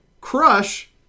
Crush